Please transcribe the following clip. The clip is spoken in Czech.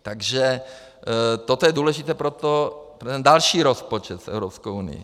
Takže toto je důležité pro ten další rozpočet s Evropskou unií.